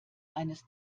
eines